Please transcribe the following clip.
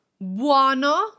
Buono